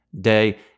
day